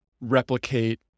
replicate